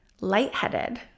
lightheaded